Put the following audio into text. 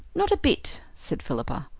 not a bit, said philippa.